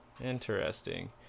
interesting